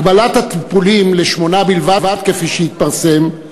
הגבלת הטיפולים לשמונה בלבד, כפי שהתפרסם,